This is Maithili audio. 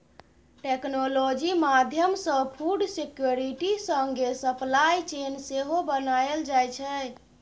टेक्नोलॉजी माध्यमसँ फुड सिक्योरिटी संगे सप्लाई चेन सेहो बनाएल जाइ छै